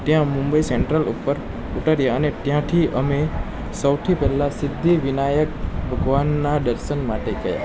ત્યાં મુંબઈ સેન્ટ્રલ ઉપર ઉતાર્યાં અને ત્યાંથી અમે સૌથી પહેલા સિદ્ધિવિનાયક ભગવાનના દર્શન માટે ગયાં